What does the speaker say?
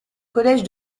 collège